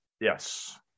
Yes